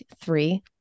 three